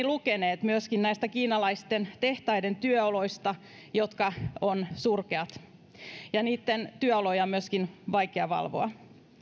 lukeneet myöskin näiden kiinalaisten tehtaiden työoloista jotka ovat surkeat ja niitten työoloja on myöskin vaikea valvoa